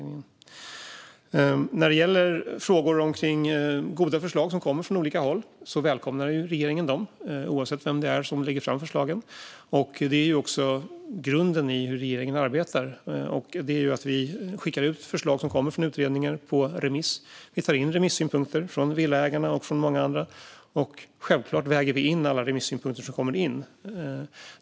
När det gäller frågor om goda förslag som kommer från olika håll välkomnar regeringen dessa, oavsett vem det är som lägger fram förslagen. Det är också grunden i hur regeringen arbetar. Vi skickar ut förslag som kommer från utredningar på remiss och tar in remissynpunkter från Villaägarna och många andra. Självklart väger vi in alla remissynpunkter som kommer in.